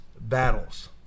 battles